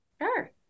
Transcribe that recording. Sure